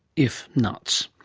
if nuts.